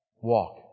walk